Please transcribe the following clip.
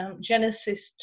Genesis